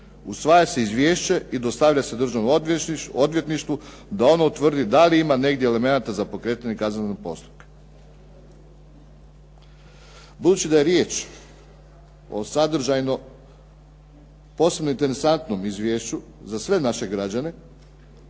"Usvaja se izvješće i dostavlja se državnom odvjetništvu da ono utvrdi da li ima negdje elemenata za pokretanje kaznenog postupka". Budući da je riječ o sadržajno posebno interesantnom izvješću za sve naše građane